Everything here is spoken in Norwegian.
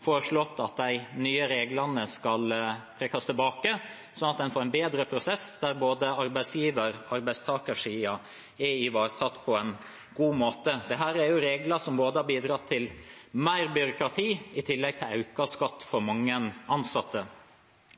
foreslått at de nye reglene skal trekkes tilbake, slik at en får en bedre prosess, der både arbeidsgiver- og arbeidstakersiden er ivaretatt på en god måte. Dette er regler som har bidratt til mer byråkrati i tillegg til økt skatt for mange ansatte.